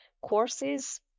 courses